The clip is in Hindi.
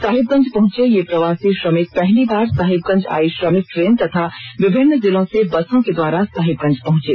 साहिबगंज पहँचे ये प्रवासी श्रमिक पहली बार सहिबगंज आयी श्रमिक ट्रेन तथा विभिन्न जिलों से बसों के द्वारा साहिबगंज पहुंचे